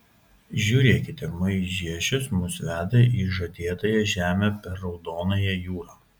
žiūrėkite maižiešius mus veda į žadėtąją žemę per raudonąją jūrą